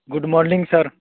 good morning sir